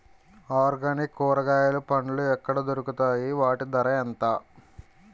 Organic కూరగాయలు పండ్లు ఎక్కడ దొరుకుతాయి? వాటి ధర ఎంత?